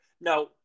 Now